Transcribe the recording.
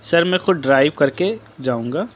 سر میں خود ڈرائیو کر کے جاؤں گا